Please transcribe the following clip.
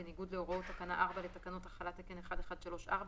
בניגוד10,000 להוראות תקנה 4 לתקנות החלת תקן 1134,